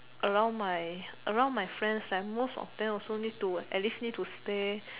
around my around my friends right most of them also need to at least need to stay